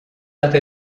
data